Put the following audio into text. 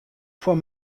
foar